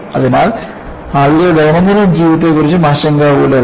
അതിനാൽ ആളുകൾ ദൈനംദിന ജീവിതത്തെക്കുറിച്ച് ആശങ്കാകുലരായിരുന്നു